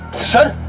sir,